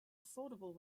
affordable